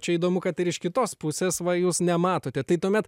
čia įdomu kad ir iš kitos pusės va jūs nematote tai tuomet